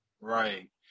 Right